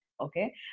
Okay